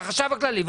לחשב הכללי,